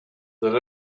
that